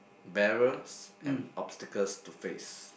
barriers and obstacles to face